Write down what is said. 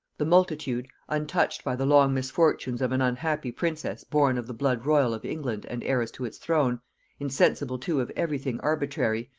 the multitude, untouched by the long misfortunes of an unhappy princess born of the blood-royal of england and heiress to its throne insensible too of every thing arbitrary,